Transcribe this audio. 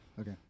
okay